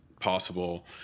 possible